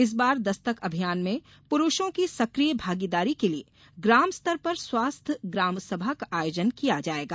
इस बार दस्तक अभियान में पुरूषों की सकिय भागीदारी के लिए ग्राम स्तर पर स्वस्थ ग्रामसभा का आयोजन किया जायेगा